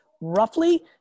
roughly